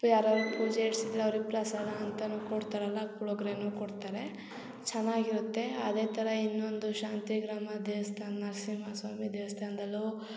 ಯಾರಾರು ಪೂಜೆ ಇಡ್ಸಿದ್ದರೆ ಅವ್ರಿಗೆ ಪ್ರಸಾದ ಅಂತನು ಕೊಡ್ತಾರಲ್ಲ ಪುಳ್ಯೋಗ್ರೆನು ಕೊಡ್ತಾರೆ ಚೆನ್ನಾಗಿರುತ್ತೆ ಅದೆ ಥರ ಇನ್ನೊಂದು ಶಾಂತಿಗ್ರಾಮ ದೇವ್ಸ್ಥಾನ ನರಸಿಂಹ ಸ್ವಾಮಿ ದೇವ್ಸ್ಥಾನ್ದಲ್ಲೂ